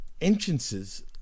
entrances